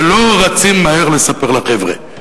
ולא רצים מהר לספר לחבר'ה.